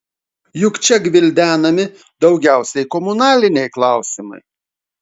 juk čia gvildenami daugiausiai komunaliniai klausimai